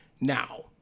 Now